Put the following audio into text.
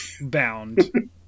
bound